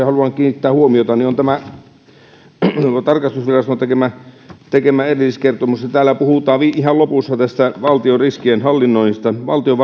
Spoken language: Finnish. haluan kiinnittää huomiota on tämä tarkastusviraston tekemä tekemä erilliskertomus täällä puhutaan ihan lopussa tästä valtion riskien hallinnoinnista valtion